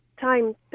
time